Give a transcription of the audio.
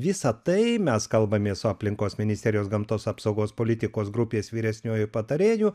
visa tai mes kalbamės su aplinkos ministerijos gamtos apsaugos politikos grupės vyresniuoju patarėju